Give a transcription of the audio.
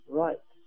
right